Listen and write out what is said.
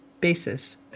basis